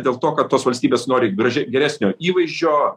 dėl to kad tos valstybės nori gražiai geresnio įvaizdžio